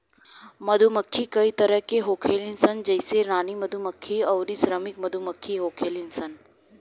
मधुमक्खी कई तरह के होखेली सन जइसे रानी मधुमक्खी अउरी श्रमिक मधुमक्खी होखेली सन